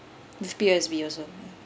it's P_O_S_B also